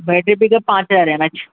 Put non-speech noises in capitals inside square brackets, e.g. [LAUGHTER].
[UNINTELLIGIBLE] P का पाँच हज़ार एम एच